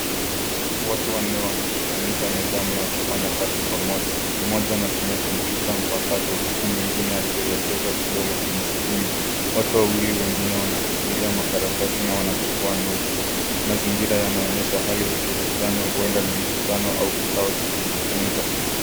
Watu wanne wamekusanyika mezani wakifanya kazi pamoja mmoja anatumia kompyuta mpakato huku mwingine akielekeza kidole kwenye skrini, watu wawili wengine wanashikilia makaratasi na wanachukua noti. Mazingira yanaonyesha hali ya ushirikiano huenda ni mkutano au kikao cha kujifunza